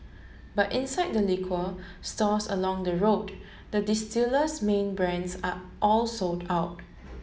but inside the liquor stores along the road the distiller's main brands are all sold out